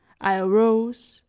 i arose,